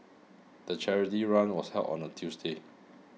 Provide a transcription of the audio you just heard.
the charity run was held on a Tuesday